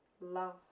love